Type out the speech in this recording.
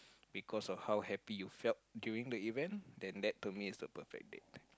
because of how happy you felt during the event then that to me is a perfect date